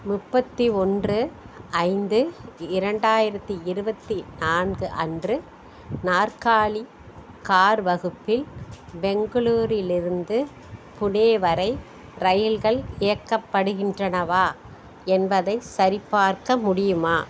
முப்பத்தி ஒன்று ஐந்து இரண்டாயிரத்தி இருபத்தி நான்கு அன்று நாற்காலி கார் வகுப்பில் பெங்களூரிலிருந்து புனே வரை ரயில்கள் இயக்கப்படுகின்றனவா என்பதைச் சரிபார்க்க முடியுமா